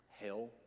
hell